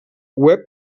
web